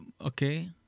Okay